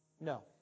No